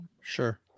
sure